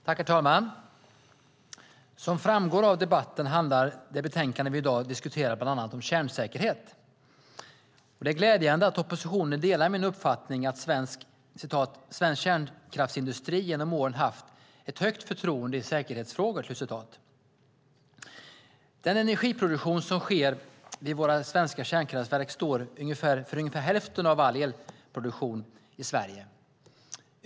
Herr talman! Som framgår av debatten handlar det betänkande vi i dag diskuterar bland annat om kärnsäkerhet. Det är glädjande att oppositionen delar min uppfattning att svensk kärnkraftsindustri genom åren haft ett högt förtroende i säkerhetsfrågor. Den energiproduktion som sker vid våra svenska kärnkraftverk står för ungefär hälften av all elproduktion i Sverige.